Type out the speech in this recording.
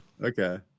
Okay